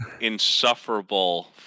insufferable